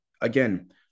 again